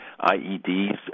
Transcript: IEDs